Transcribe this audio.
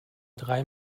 drei